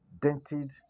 dented